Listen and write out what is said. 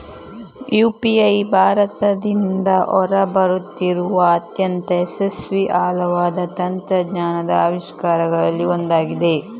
UPI ಭಾರತದಿಂದ ಹೊರ ಬರುತ್ತಿರುವ ಅತ್ಯಂತ ಯಶಸ್ವಿ ಆಳವಾದ ತಂತ್ರಜ್ಞಾನದ ಆವಿಷ್ಕಾರಗಳಲ್ಲಿ ಒಂದಾಗಿದೆ